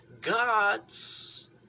God's